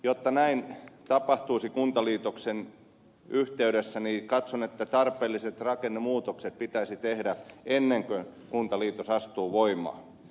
jotta näin tapahtuisi kuntaliitoksen koulutuksenkin sektorilla mielestäni tarpeelliset rakennemuutokset pitäisi tehdä ennen kuin kuntaliitos astuu voimaan